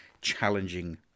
challenging